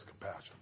compassion